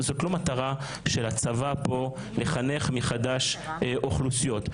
זאת לא מטרה של הצבא לחנך פה מחדש אוכלוסיות.